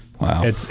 Wow